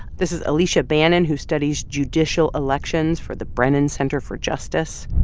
this is alicia bannon, who studies judicial elections for the brennan center for justice.